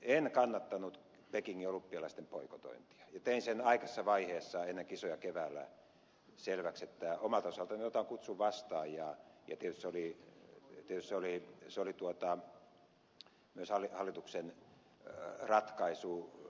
en kannattanut pekingin olympialaisten boikotointia ja tein sen aikaisessa vaiheessa ennen kisoja keväällä selväksi että omalta osaltani otan kutsun vastaan ja tietysti se oli myös hallituksen ratkaisu